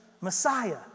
Messiah